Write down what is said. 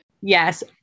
Yes